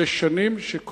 זה שנים.